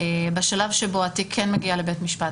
בשלב שבו התיק כן מגיע לבית משפט,